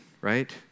right